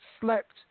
slept